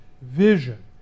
vision